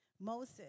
Moses